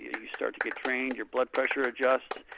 you start to get trained, your blood pressure adjusts,